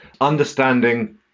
Understanding